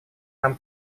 нам